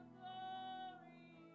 glory